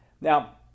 Now